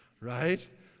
right